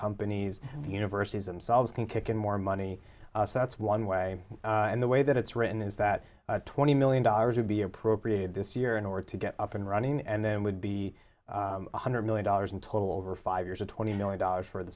companies universities them selves can kick in more money so that's one way and the way that it's written is that twenty million dollars would be appropriated this year in order to get up and running and then would be one hundred million dollars in total over five years or twenty million dollars for the